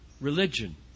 religion